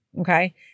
Okay